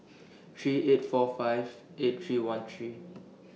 three eight four five eight three one three